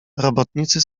robotnicy